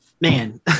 man